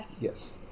yes